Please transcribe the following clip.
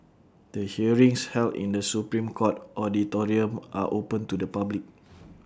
the hearings held in the Supreme court auditorium are open to the public